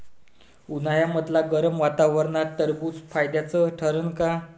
उन्हाळ्यामदल्या गरम वातावरनात टरबुज फायद्याचं ठरन का?